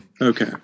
Okay